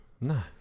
No